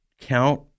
count